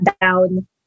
down